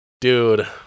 dude